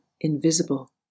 invisible